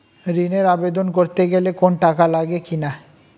ঋণের আবেদন করতে গেলে কোন টাকা লাগে কিনা?